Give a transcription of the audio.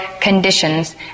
conditions